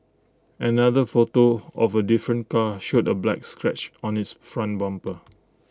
another photo of A different car showed A black scratch on its front bumper